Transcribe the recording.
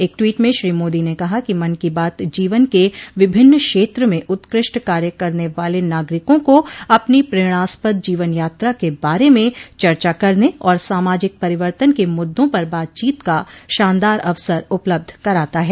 एक टवीट में श्री मोदी ने कहा कि मन की बात जीवन के विभिन्न क्षेत्र में उत्कृष्ठ कार्य करने वाले नागरिकों को अपनी प्रेरणास्पद जीवन यात्रा के बारे में चर्चा करने और सामाजिक परिवर्तन के मुद्दों पर बातचीत का शानदार अवसर उपलब्ध कराता है